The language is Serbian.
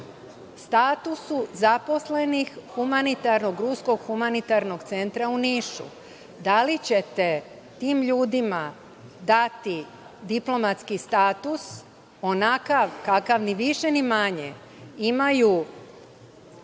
statusu zaposlenih Ruskog humanitarnog centra u Nišu? Da li ćete tim ljudima dati diplomatski status onakav kakav ni više ni manje imaju